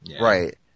Right